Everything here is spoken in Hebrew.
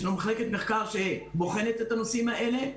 יש לנו מחלקת מחקר שבוחנת את הנושאים האלה,